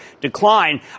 decline